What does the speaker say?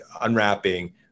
unwrapping